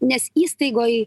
nes įstaigoj